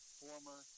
former